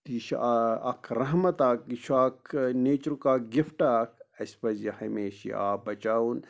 یہِ چھِ اکھ رحمت اکھ یہِ چھُ اکھ نیٚچرُک اکھ گِفٹ اکھ اَسہِ پَزِ یہِ ہمیٚشہٕ یہِ آب بَچاوُن